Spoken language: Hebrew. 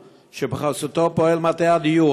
שבחסותו פועל מטה הדיור,